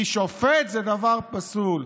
כי שופט זה דבר פסול.